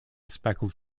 speckled